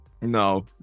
no